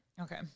okay